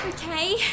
Okay